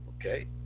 Okay